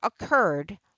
occurred